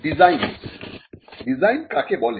designs design কাকে বলে